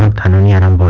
um tendency and um but